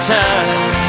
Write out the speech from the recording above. time